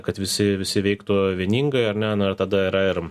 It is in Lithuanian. kad visi visi veiktų vieningai ar ne na ir tada yra ir